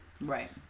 Right